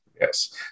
Yes